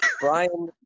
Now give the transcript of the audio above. Brian